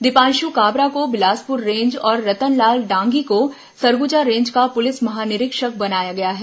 दीपांश काबरा को बिलासपुर रेंज और रतनलाल डांगी को सरगुजा रेंज का पुलिस महानिरीक्षक बनाया गया है